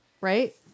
right